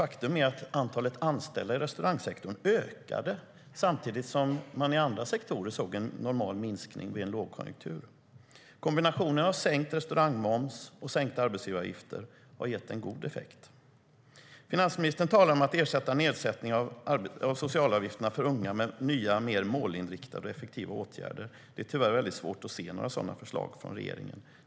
Faktum är att antalet anställda i restaurangsektorn ökade samtidigt som man i andra sektorer såg en normal minskning vid en lågkonjunktur. Kombinationen av sänkt restaurangmoms och sänkta arbetsgivaravgifter har gett en god effekt. Finansministern talar om att ersätta en nedsättning av socialavgifterna för unga med nya, mer målinriktade och effektiva åtgärder. Det är tyvärr väldigt svårt att se några sådana förslag från regeringen.